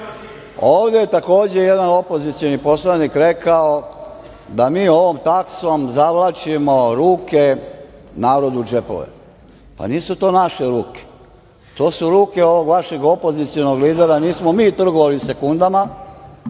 je, takođe, jedan opozicioni poslanik rekao da mi ovom taksom zavlačimo ruke narodu u džepove. Pa, nisu to naše ruke. To su ruke ovog vašeg opozicionog lidera. Nismo mi trgovali sekundama.